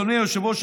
אדוני היושב-ראש,